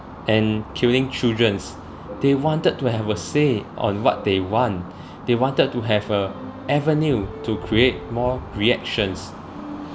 and killing children they wanted to have a say on what they want they wanted to have a avenue to create more reactions